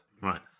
right